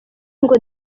ngo